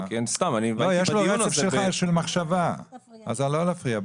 יש לו רצף של מחשבה, אז לא להפריע.